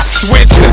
switch